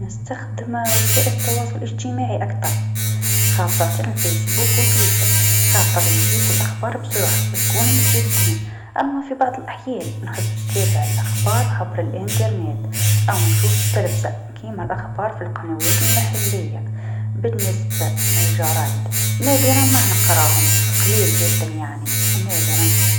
نستخدم وسائل التواصل الاجتماعي أكثر خاصة الفايسبوك و تويتر خاطر يجيبوا الأخبار بسرعه و يكونوا متجدين، أما في بعض الأحيان نحب نتابع الأخبار عبر الأنترنت أو نشوف التلفزه كيما الأخبار في القنوات المحليه، بالنسبة للجرائد نادرا ما نقراهم قليل حدا يعني نادرا.